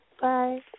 Bye